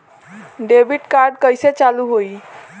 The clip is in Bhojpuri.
डेबिट कार्ड कइसे चालू होई?